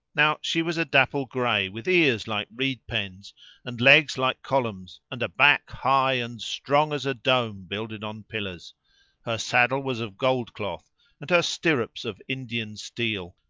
now she was a dapple grey, with ears like reed-pens and legs like columns and a back high and strong as a dome builded on pillars her saddle was of gold-cloth and her stirrups of indian steel,